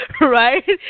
Right